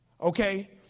okay